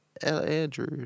Andrew